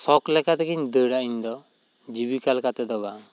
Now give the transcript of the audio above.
ᱥᱚᱠ ᱞᱮᱠᱟ ᱛᱮᱜᱮᱧ ᱫᱟᱹᱲᱟ ᱤᱧ ᱫᱚ ᱡᱤᱵᱤᱠᱟ ᱞᱮᱠᱟ ᱛᱮᱫᱚ ᱵᱟᱝ